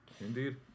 Indeed